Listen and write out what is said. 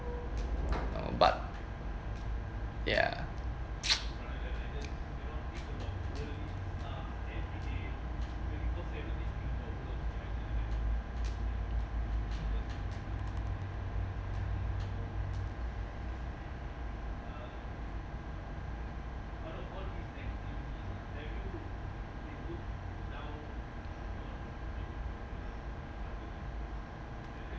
but ya